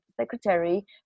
secretary